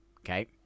Okay